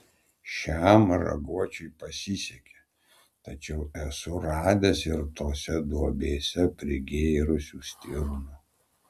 šiam raguočiui pasisekė tačiau esu radęs ir tose duobėse prigėrusių stirnų